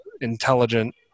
intelligent